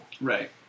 Right